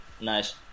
Nice